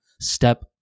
step